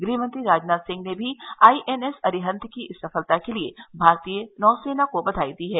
गृह मंत्री राजनाथ सिंह ने भी आईएनएस अरिहत की इस सफलता के लिए भारतीय नौसेना को बधाई दी है